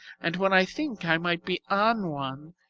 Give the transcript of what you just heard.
and when i think i might be on one,